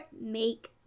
make